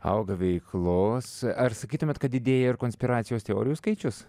auga veiklos ar sakytumėt kad didėja ir konspiracijos teorijų skaičius